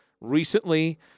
recently